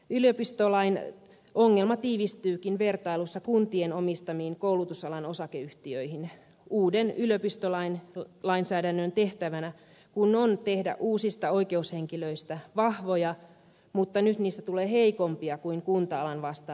yliopistolain ongelma tiivistyykin vertailussa kuntien omistamiin koulutusalan osakeyhtiöihin uuden yliopistolainsäädännön tehtävänä kun on tehdä uusista oikeushenkilöistä vahvoja mutta nyt niistä tulee heikompia kuin kunta alan vastaavat toimijat